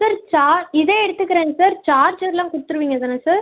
sir சா இதே எடுத்துக்கிறேன் சார் சார்ஜர்லாம் கொடுத்துருவீங்க தானே சார்